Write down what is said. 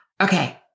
Okay